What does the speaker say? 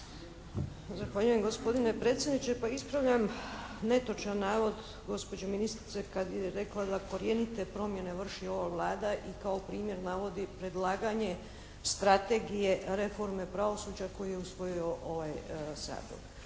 Zahvaljujem gospodine predsjedniče. Pa ispravljam netočan navod gospođe ministrice kad je rekla da korijenite promjene vrši ova Vlada i kao primjer navodi predlaganje strategije reforme pravosuđa koji je usvojio ovaj Sabor.